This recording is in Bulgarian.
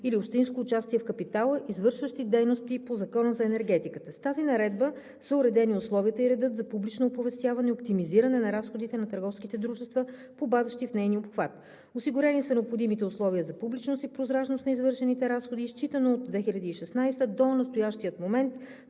или общинско участие в капитала, извършващи дейности по Закона за енергетиката. С тази наредба са уредени условията и редът за публично оповестяване и оптимизиране на разходите на търговските дружества, попадащи в нейния обхват, осигурени са необходими условия за публичност и прозрачност на извършените разходи. Считано от 2016 г. до настоящия момент